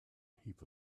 heap